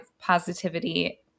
positivity